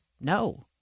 no